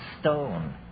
stone